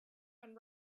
and